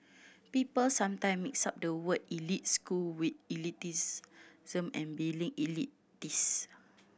people sometime mix up the word elite school with some and being elitist